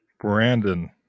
Brandon